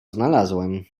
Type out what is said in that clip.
znalazłem